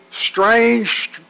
strange